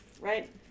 right